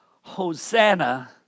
Hosanna